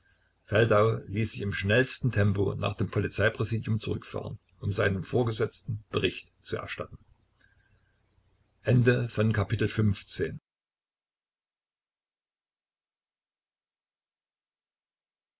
ließ sich im schnellsten tempo nach dem polizeipräsidium zurückfahren um seinem vorgesetzten bericht zu erstatten